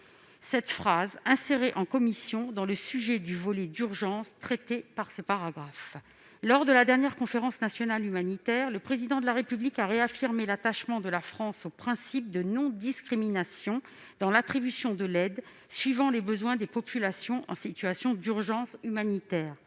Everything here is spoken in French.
cette phrase, insérée en commission, dans le sujet du volet d'urgence dont traite ce paragraphe. Lors de la dernière Conférence nationale humanitaire, le Président de la République a réaffirmé l'attachement de la France au principe de non-discrimination dans l'attribution de l'aide, suivant les besoins des populations en situation d'urgence humanitaire.